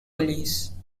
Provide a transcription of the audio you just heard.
police